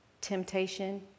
temptation